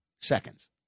seconds